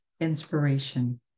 inspiration